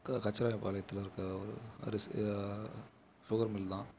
கச்சிராயபாளையத்தில் இருக்க ஒரு அரிசி சுகர் மில் தான்